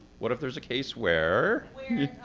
what if there's a case where.